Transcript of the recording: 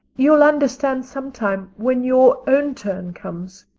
you'll understand sometime, when your own turn comes.